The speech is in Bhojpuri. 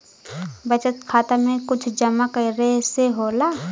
बचत खाता मे कुछ जमा करे से होला?